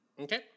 Okay